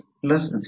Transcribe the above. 6 0